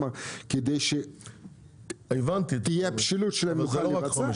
כדי שהבשילות שלהם תהיה מוכנה לביצוע.